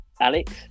Alex